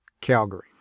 Calgary